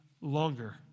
longer